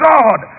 God